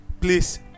please